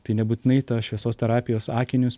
tai nebūtinai tos šviesos terapijos akinius